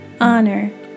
honor